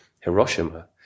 Hiroshima